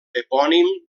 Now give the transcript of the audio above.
epònim